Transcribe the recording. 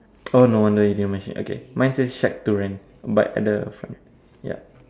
oh no wonder you didn't mention okay mine says shack to rent but at the front yup